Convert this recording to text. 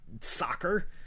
soccer